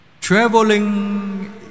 Traveling